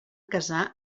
casar